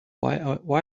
while